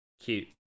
cute